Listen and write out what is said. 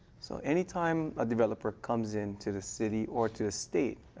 so any time ah developer comes in to the city or to the state,